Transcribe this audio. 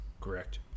Correct